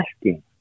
asking